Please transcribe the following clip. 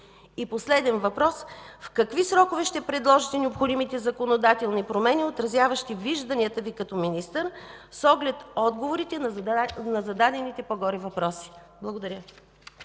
И последен въпрос, в какви срокове ще предложите необходимите законодателни промени, отразяващи вижданията Ви като министър, с оглед отговорите на зададените по-горе въпроси? Благодаря.